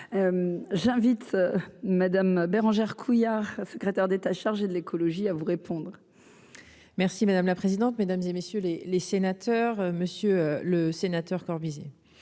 j'invite Madame Bérangère Couillard, secrétaire d'État chargée de l'écologie à vous répondre. Merci madame la présidente, mesdames et messieurs les les sénateurs, monsieur le sénateur Corvisier,